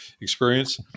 experience